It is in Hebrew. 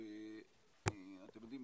אתם יודעים,